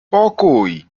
pokój